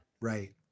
Right